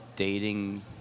dating